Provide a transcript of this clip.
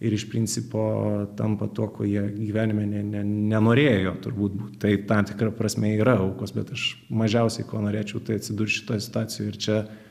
ir iš principo tampa tuo ko jie gyvenime ne ne nenorėjo turbūt tai tam tikra prasme yra aukos bet aš mažiausiai ko norėčiau tai atsidurt šitoj situacijoj ir čia